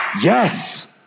yes